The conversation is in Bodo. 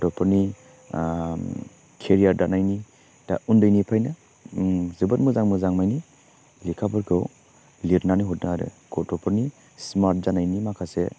गथ'फोरनि केरियार दानायनि दा उन्दैनिफ्रायनो जोबोद मोजां मोजां मानि लेखाफोरखौ लिरनानै हरदों आरो गथ'फोरनि स्मार्ट जानायनि माखासे